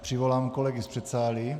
Přivolám kolegy z předsálí.